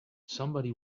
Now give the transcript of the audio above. somebody